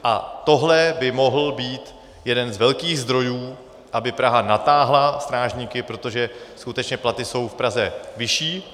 A tohle by mohl být jeden z velkých zdrojů, aby Praha natáhla strážníky, protože skutečně platy jsou v Praze vyšší.